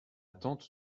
tante